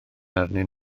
arnyn